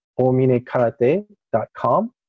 ominekarate.com